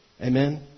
Amen